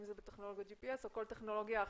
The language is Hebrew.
אם זה בטכנולוגיית ג'י.פי.אס או בכל טכנולוגיה אחרת.